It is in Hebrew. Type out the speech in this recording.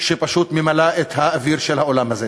שפשוט ממלאה את האוויר של האולם הזה.